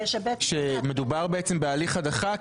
שמדובר בעצם בהליך הדחה,